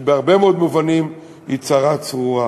שבהרבה מאוד מובנים היא צרה צרורה.